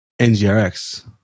NGRX